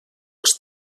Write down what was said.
els